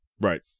Right